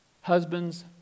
Husbands